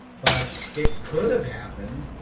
but it could have happened.